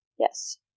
Yes